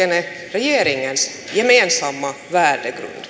regeringens gemensamma